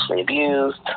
abused